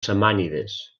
samànides